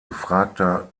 gefragter